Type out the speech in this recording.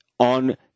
on